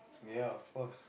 ya of course